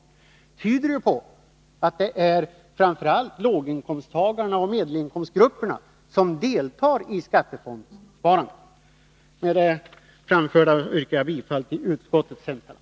Det tyder ju på att det framför allt är lågoch medelinkomst grupperna som deltar i skattesparandet: Med det anförda yrkar jag bifall till utskottets hemställan.